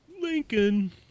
Lincoln